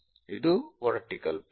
ಇದು vertical plane